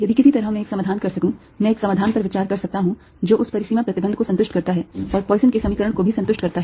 यदि किसी तरह मैं एक समाधान कर सकूं मैं एक समाधान पर विचार कर सकता हूं जो उस परिसीमा प्रतिबंध को संतुष्ट करता है और पॉइसन के समीकरण को भी संतुष्ट करता है